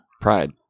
Pride